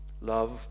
love